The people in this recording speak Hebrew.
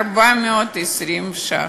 420 ש"ח.